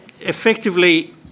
effectively